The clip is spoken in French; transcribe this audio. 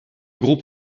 groupe